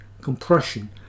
compression